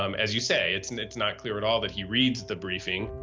um as you say, it's, and it's not clear at all that he reads the briefing.